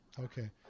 Okay